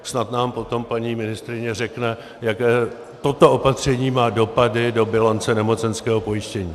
Snad nám potom paní ministryně řekne, jaké toto opatření má dopady do bilance nemocenského pojištění.